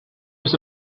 was